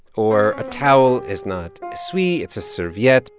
or a towel is not essuie it's a serviette.